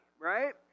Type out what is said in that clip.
right